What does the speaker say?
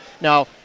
Now